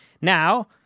Now